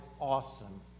awesome